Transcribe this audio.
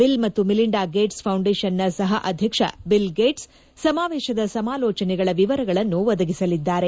bill ಮತ್ತು Melinda Gates foundation ನ ಸಹ ಅಧ್ಯಕ್ಷ ಬಿಲ್ ಗೇಟ್ಸ್ ಸಮಾವೇಶದ ಸಮಾಲೋಚನೆಗಳ ವಿವರಗಳನ್ನು ಒದಗಿಸಲಿದ್ದಾರೆ